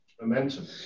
momentum